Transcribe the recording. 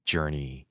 Journey